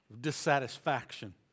dissatisfaction